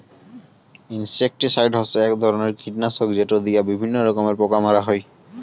insecticide হসে এক ধরণের কীটনাশক যেটো দিয়া বিভিন্ন রকমের পোকা মারা হই